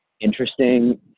interesting